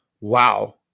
wow